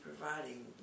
providing